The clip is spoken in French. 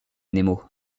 nemo